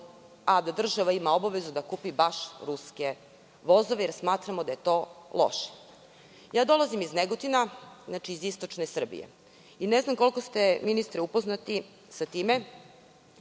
a da država ima obavezu da kupi baš ruske vozove jer smatramo da je to loše. Dolazim iz Negotina, iz Istočne Srbije i ne znam koliko ste upoznati,